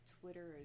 twitter